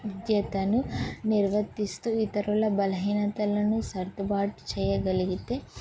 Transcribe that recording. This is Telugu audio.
విద్యతను నిర్వర్తిస్తూ ఇతరుల బలహీనతలను సర్దుబాటు చేయగలిగితే